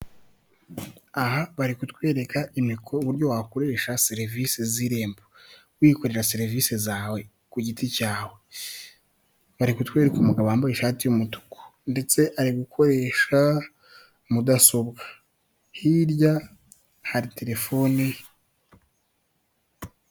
Aha bari kutwereka uburyo wakoresha serivisi z'irembo, wikorera serivisi zawe ku giti cyawe, bari kutwereka umugabo wambaye ishati y'umutuku ndetse ari gukoresha mudasobwa hirya hari telefoni.